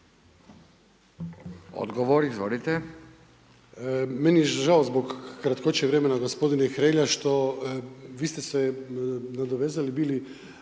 Odgovor izvolite.